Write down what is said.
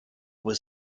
was